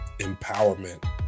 empowerment